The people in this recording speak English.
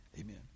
Amen